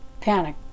panic